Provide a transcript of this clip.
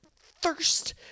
thirst